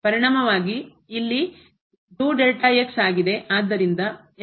ಪರಿಣಾಮವಾಗಿ ಇಲ್ಲ